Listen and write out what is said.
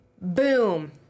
Boom